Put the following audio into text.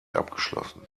abgeschlossen